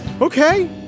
Okay